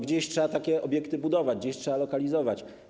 Gdzieś trzeba takie obiekty budować, gdzieś trzeba je lokalizować.